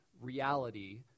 reality